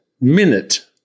minute